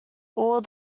all